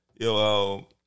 Yo